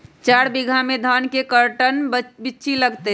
चार बीघा में धन के कर्टन बिच्ची लगतै?